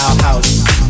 house